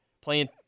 playing